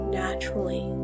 naturally